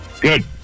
Good